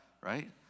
right